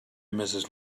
mrs